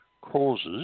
causes